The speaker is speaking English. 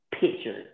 picture